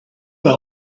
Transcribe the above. were